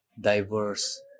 diverse